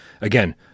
Again